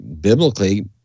biblically